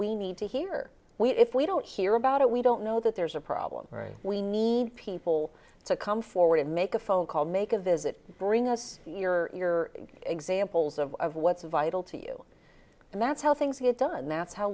we need to hear we if we don't hear about it we don't know that there's a problem right we need people to come forward and make a phone call make a visit bring us your examples of of what's vital to you and that's how things get done that's how